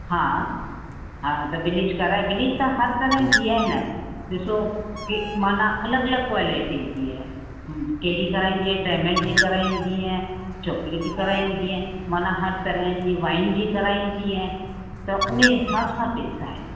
हा हा त ब्लीच कराए ब्लीच त हर तरह जी आहे न ॾिसो की माना अलॻि अलॻि क्वालिटी जी आहे कहिड़ी कराईंदी डायमंड जी कराईंदी चॉकलेट जी कराईंदी माना हर तरह जी वाइन जी कराईंदी त उन हिसाब सां पैसा आहिनि